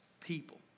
people